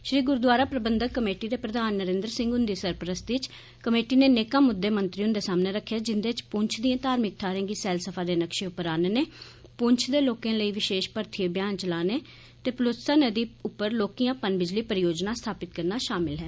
श्री गुरुद्वारा प्रबंधक कमेटी दे प्रधान नरेन्द्र सिंह हन्दी सरपरस्ती च कमेटी ने नेकां मुद्दे मंत्री हन्दे सामने रक्खे जिन्दे च पृंछ दियें धार्मिक थाहरें गी सैलसफा दे नक्शे उप्पर आनने पृंछ दे लोकें लेई विशेष भर्थी अभियान चलाने ते प्ल्स्ता नदी उप्पर लौहिकयां पन बिजली परियोजनां स्थापित करना शामिल न